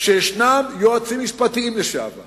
שישנם יועצים משפטיים לשעבר